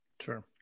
Sure